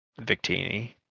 victini